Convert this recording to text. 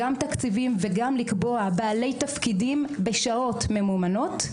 גם תקציבים וגם לקבוע בעלי תפקידים בשעות ממומנות.